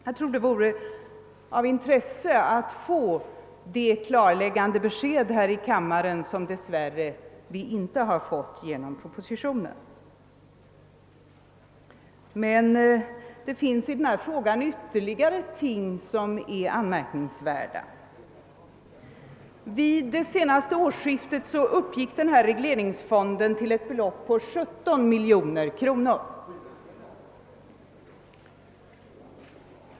Jag tror det vore av intresse att här i kammaren få det klarläggande besked som vi dess värre inte fått genom propositionen. Det finns emellertid ytterligare detaljer i denna fråga som är anmärkningsvärda. Vid senaste årsskiftet uppgick regleringsfonden till 17 miljoner kronor.